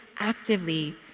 actively